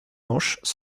manches